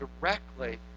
directly